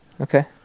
Okay